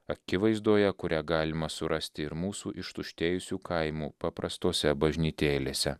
akivaizdoje kurią galima surasti ir mūsų ištuštėjusių kaimų paprastose bažnytėlėse